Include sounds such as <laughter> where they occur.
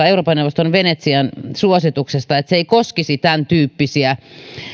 <unintelligible> euroopan neuvoston venetsian suosituksesta että se ei koskisi tämäntyyppisiä